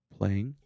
Playing